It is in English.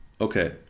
Okay